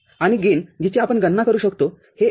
आणि गेन जिची आपण गणना करू शकतो हे १